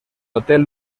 hotel